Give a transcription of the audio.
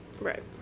Right